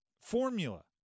formula